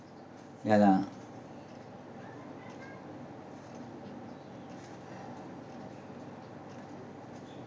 ya lah